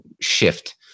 shift